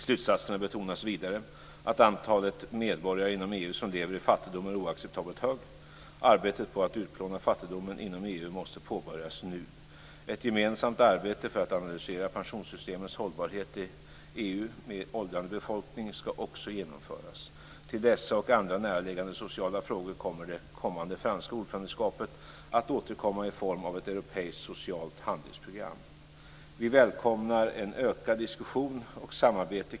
I slutsatserna betonas vidare att antalet medborgare inom EU som lever i fattigdom är oacceptabelt hög. Arbetet på att utplåna fattigdomen inom EU måste påbörjas nu. Ett gemensamt arbete för att analysera pensionssystemens hållbarhet i EU med en åldrande befolkning ska också genomföras. Till dessa och andra näraliggande sociala frågor kommer det kommande franska ordförandeskapet att återkomma i form av ett europeiskt, socialt handlingsprogram.